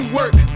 work